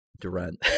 Durant